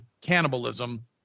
cannibalism